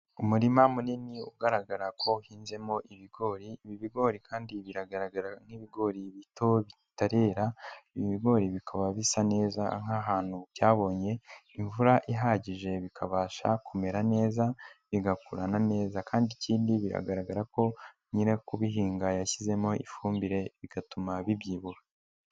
Umurima munini ugaragara ko uhinzemo ibigori, ibi bigori kandi biragaragara nk'ibigori bito bitarera, ibi bigori bikaba bisa neza nk'ahantu byabonye imvura ihagije bikabasha kumera neza, bigakura na neza, kandi ikindi biragaragara ko nyiri kubihinga yashyizemo ifumbire bigatuma bibyibuha.